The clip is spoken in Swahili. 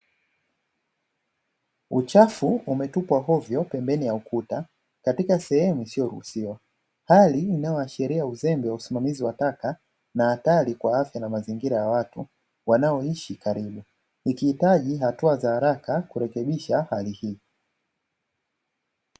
Uchafu umetupwa hovyo pembeni ya ukuta katika sehemu isiyohurusiwa, hali inayoashiria uzembe wa usimamizi wa taka, na hatari kwa afya na mazingira ya watu wanaoishi karibu, ikihitaji hatua za haraka kurekebisha hali hiyo.